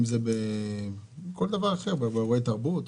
באירועי תרבות.